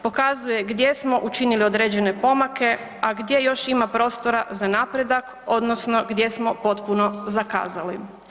Pokazuje gdje smo učinili određene pomake, a gdje još ima prostora za napredak odnosno gdje smo potpuno zakazali.